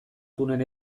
tunel